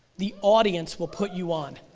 the audience will put you on,